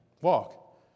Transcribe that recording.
walk